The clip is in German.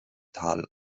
tal